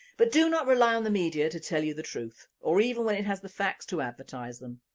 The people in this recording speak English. but do not rely on the media to tell you the truth or even when it has the facts to advertise them,